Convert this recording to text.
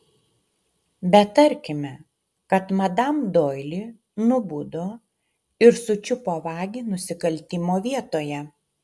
bet tarkime kad madam doili nubudo ir sučiupo vagį nusikaltimo vietoje